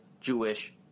Jewish